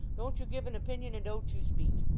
don't you give an opinion and don't you speak.